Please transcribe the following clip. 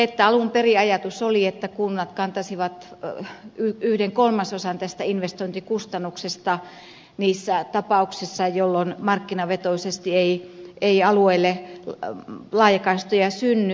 alun perin ajatus oli että kunnat kantaisivat yhden kolmasosan tästä investointikustannuksesta niissä tapauksissa jolloin markkinavetoisesti ei alueelle laajakaistoja synny